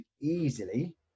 easily